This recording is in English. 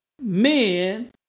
men